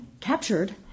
captured